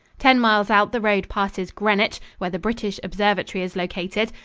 ten miles out the road passes greenwich, where the british observatory is located,